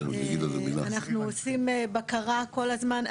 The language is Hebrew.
אנחנו עושים בקרה כל הזמן.